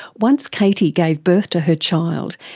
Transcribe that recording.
once katie gave birth to her child,